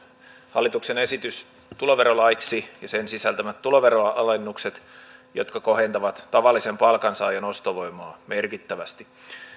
hallituksen esitys tuloverolaiksi ja sen sisältämät tuloveroalennukset jotka kohentavat tavallisen palkansaajan ostovoimaa merkittävästi